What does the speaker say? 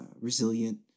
resilient